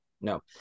No